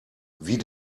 wie